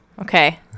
Okay